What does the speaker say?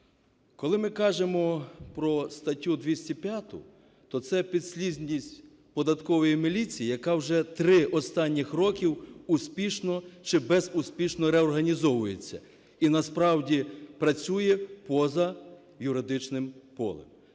Коли ми кажемо про статтю 205, то це – підслідність податкової міліції, яка вже три останніх роки успішно чи безуспішно реорганізовується і насправді працює поза юридичним полем.